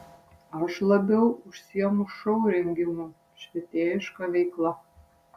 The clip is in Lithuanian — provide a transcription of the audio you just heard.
aš labiau užsiimu šou rengimu švietėjiška veikla